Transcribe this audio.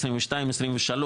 2022, 2023,